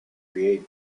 create